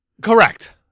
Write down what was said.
Correct